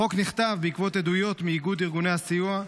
החוק נכתב בעקבות עדויות מאיגוד ארגוני הסיוע,